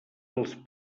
els